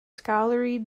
scholarly